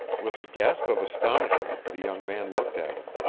with a gasp of astonishment the young man looked at him,